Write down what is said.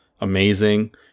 amazing